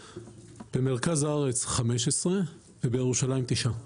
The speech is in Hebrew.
במרכז הארץ 15 ובירושלים תשעה.